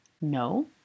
No